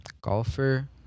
Golfer